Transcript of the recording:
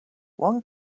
one